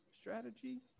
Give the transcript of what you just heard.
strategy